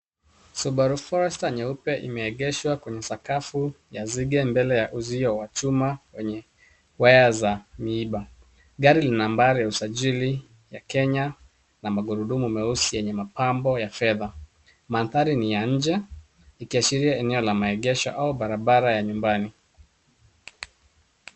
Subaru Forester nyeupe imeegeshwa kwenye sakafu ya zige mbele ya uzio wa chuma wenye waya za miiba. Gari lina nambari ya usajili ya Kenya na magurudumu meusi yenye mapambo ya fedha. Mandhari ni ya nje ikiashiria eneo la maegesho au barabara ya nyumbani.